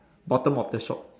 bottom of the shop